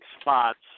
spots